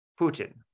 putin